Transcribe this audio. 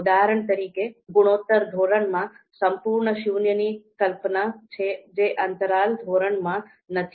ઉદાહરણ તરીકે ગુણોત્તર ધોરણમાં સંપૂર્ણ શૂન્યની કલ્પના છે જે અંતરાલ ધોરણમાં નથી